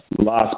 last